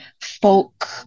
folk